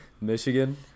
Michigan